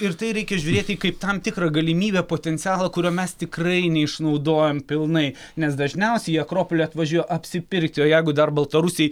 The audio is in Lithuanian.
ir į tai reikia žiūrėti kaip tam tikrą galimybę potencialą kurio mes tikrai neišnaudojam pilnai nes dažniausiai į akropolį atvažiuoja apsipirkti o jeigu dar baltarusiai